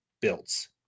builds